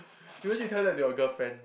imagine you tell that to your girlfriend